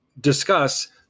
discuss